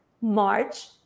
March